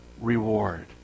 reward